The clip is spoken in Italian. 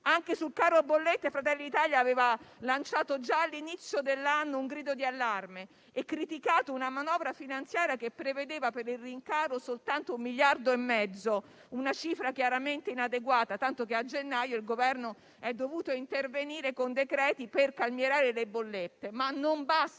Anche sul caro bollette Fratelli d'Italia aveva lanciato, già all'inizio dell'anno, un grido di allarme e criticato una manovra finanziaria che prevedeva per il rincaro soltanto un miliardo e mezzo, una cifra chiaramente inadeguata, tanto che a gennaio il Governo è dovuto intervenire con altri decreti per calmierare le bollette; ma non basta,